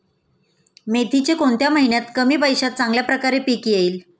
मेथीचे कोणत्या महिन्यात कमी पैशात चांगल्या प्रकारे पीक येईल?